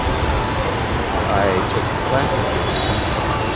and i took classes here in high school